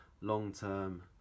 long-term